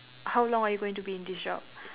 how long are you going to be in this job